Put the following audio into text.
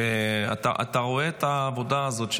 אתה רואה את העבודה הזאת,